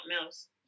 else